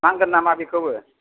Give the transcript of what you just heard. नांगोन नामा बेखौबो